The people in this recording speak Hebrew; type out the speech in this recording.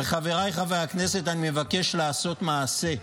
וחבריי חברי הכנסת, אני מבקש לעשות מעשה.